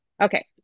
Okay